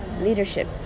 leadership